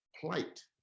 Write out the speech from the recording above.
plight